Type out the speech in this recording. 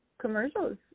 Commercials